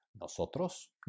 ¿Nosotros